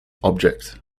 object